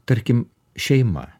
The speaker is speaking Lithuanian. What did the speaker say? tarkim šeima